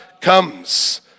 comes